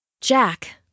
Jack